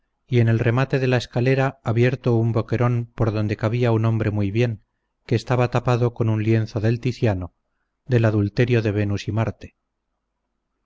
y en el remate de la escalera abierto un boquerón por donde cabía un hombre muy bien que estaba tapado con un lienzo del ticiano del adulterio de venus y marte